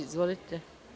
Izvolite.